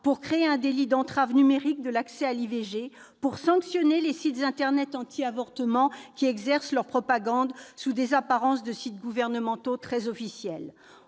pour créer un délit d'entrave numérique à l'IVG, pour sanctionner les sites internet anti-avortement qui exercent leur propagande sous des apparences de sites gouvernementaux très officiels